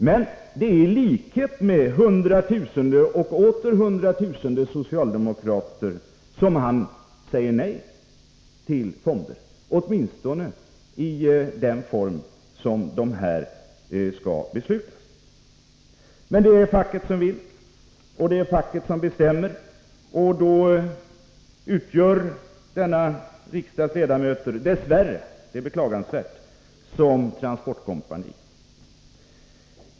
Och det är i likhet med hundratusenden och åter hundratusenden socialdemokrater som han säger nej till fonderna, åtminstone i den form som de nu föreslås och skall beslutas om. Men det är facket som vill, och det är facket som bestämmer. Då utgör denna riksdags socialistiska ledamöter ett transportkompani. Det är beklagansvärt.